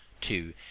two